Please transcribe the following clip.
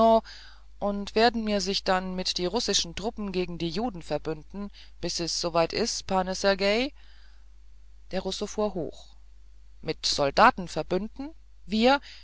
und werden mir sich dann mit die russischen truppen gegen die juden verbünden bis es soweit is pane sergej der russe fuhr hoch mit soldaten verbünden wir